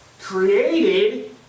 created